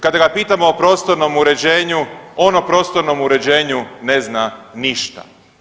Kada ga pitamo o prostornom uređenju on o prostornom uređenju ne zna ništa.